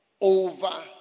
over